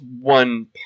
one